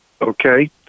Okay